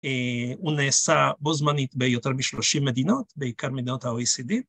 ‫אה הוא נעשה בו זמנית ביותר מ-30 מדינות, ‫בעיקר מדינות ה-OECD.